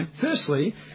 Firstly